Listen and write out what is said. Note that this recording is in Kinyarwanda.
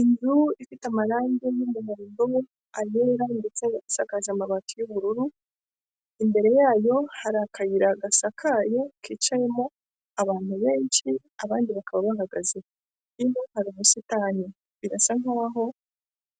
Inzu ifite amarange y'umuhomdo, ayera ndetse isakaje amabati y'ubururu, imbere yayo hari akayira agasakaye kicayemo abantu benshi, abandi bakaba bahagaze, hari ubusitani, birasa nkaho,